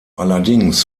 allerdings